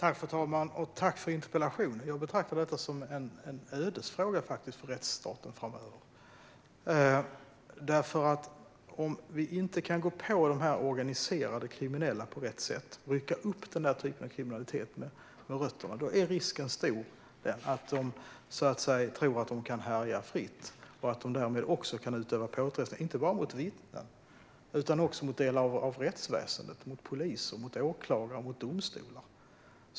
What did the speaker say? Fru talman! Tack för interpellationen! Jag betraktar faktiskt detta som en ödesfråga för rättsstaten framöver. Om vi inte kan gå på de organiserade kriminella på rätt sätt och rycka upp den typen av kriminalitet med rötterna är risken stor att de tror att de kan härja fritt och att de därmed också kan utöva påtryckningar, inte bara mot vittnen utan också mot delar av rättsväsendet - mot poliser, mot åklagare, mot domstolar.